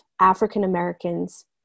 African-Americans